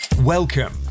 Welcome